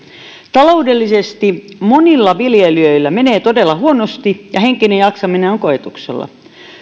taloudellisesti monilla viljelijöillä menee todella huonosti ja henkinen jaksaminen on koetuksella